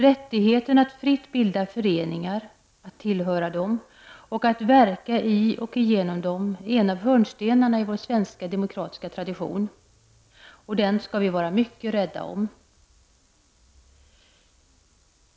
Rättigheten att fritt bilda föreningar, att tillhöra dem och att verka i och genom dem är en av hörnstenarna i vår svenska demokratiska tradition, och den skall vi vara mycket rädda om.